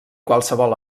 qualsevol